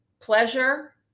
pleasure